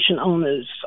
owner's